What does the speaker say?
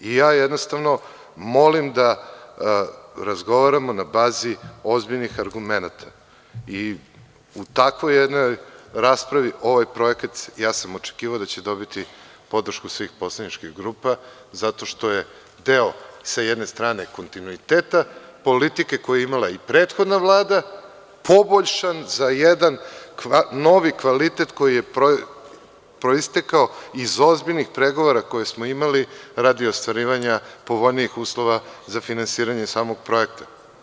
Jednostavno molim da razgovaramo na bazi ozbiljnih argumenata i u takvoj jednoj raspravi ja sam očekivao da će ovaj projekat dobiti podršku svih poslaničkih grupa, zato što je deo s jedne strane kontinuiteta politike koju je imala i prethodna Vlada, poboljšan za jedan novi kvalitet koji je proistekao iz ozbiljnih pregovora koje smo imali radi ostvarivanja povoljnijih uslova za finansiranje samog projekta.